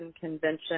convention